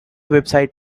website